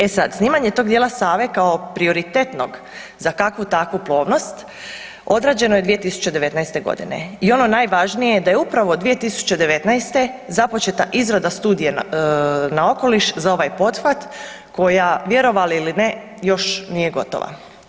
E sad, snimanje tog dijela Save kao prioritetnog za kakvu takvu plovnost odrađeno je 2019. godine i ono najvažnije da je upravo 2019. započeta izrada studije na okoliš za ovaj pothvat koja vjerovali ili ne još nije gotova.